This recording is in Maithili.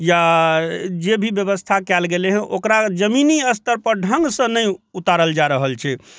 या जे भी बेबस्था कयल गेलै हँ ओकरा जमीनी स्तर पर ढङ्गसँ नहि उतारल जा रहल छै